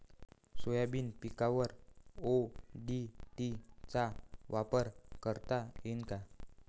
Soybean पिकावर ODT चा वापर करता येईन का?